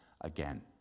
again